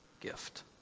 gift